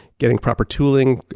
getting proper tooling,